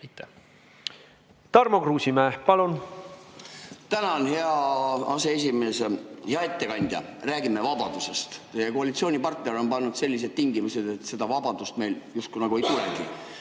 aitavad. Tarmo Kruusimäe, palun! Tänan, hea aseesimees! Hea ettekandja! Räägime vabadusest. Teie koalitsioonipartner on pannud sellised tingimused, et seda vabadust meil just nagu ei tulegi.